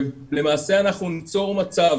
למעשה אנחנו ניצור מצב